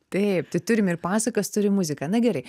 taip tai turim ir pasakas turim muziką na gerai